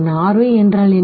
Norway என்றால் என்ன